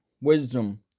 wisdom